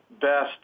best